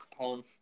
Capone